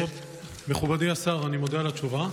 מכובדי השר, אני מודה על התשובה.